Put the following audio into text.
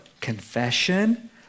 Confession